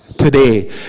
Today